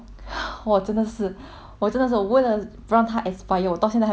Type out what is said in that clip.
我真的是我为了不让他 expire 我到现在还没有开过那个 lipstick 你知道吗